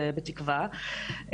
בתקווה,